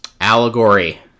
allegory